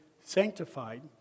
sanctified